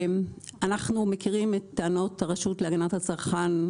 אנחנו מכירים את טענות הרשות להגנת הצרכן,